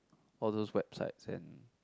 all those websites and